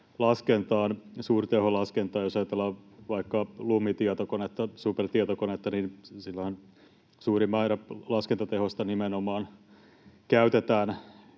suurteholaskentaan. Jos ajatellaan vaikka Lumi-tietokonetta, supertietokonetta, niin sillähän suuri määrä laskentatehosta nimenomaan käytetään